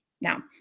Now